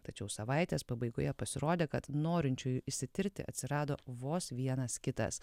tačiau savaitės pabaigoje pasirodė kad norinčiųjų išsitirti atsirado vos vienas kitas